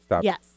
Yes